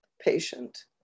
patient